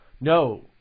No